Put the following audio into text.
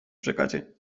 czekacie